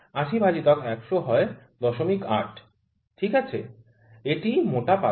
৮০ ভাজিতক ১০০ হয় ০৮ ঠিক আছে এটিই মোটা পাতা